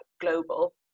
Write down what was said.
global